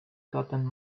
gotten